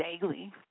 daily